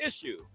issue